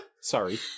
Sorry